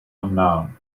unknown